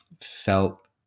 felt